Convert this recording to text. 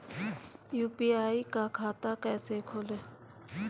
UPI का खाता कैसे खोलें?